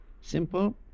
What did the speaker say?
Simple